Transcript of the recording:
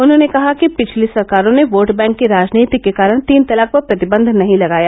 उन्होंने कहा कि पिछली सरकारों ने वोट बैंक की राजनीति के कारण तीन तलाक पर प्रतिबंध नहीं लगाया